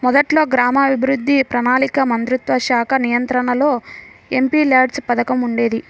మొదట్లో గ్రామీణాభివృద్ధి, ప్రణాళికా మంత్రిత్వశాఖ నియంత్రణలో ఎంపీల్యాడ్స్ పథకం ఉండేది